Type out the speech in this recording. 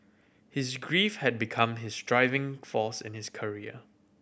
his grief had become his driving force in his career